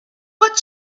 but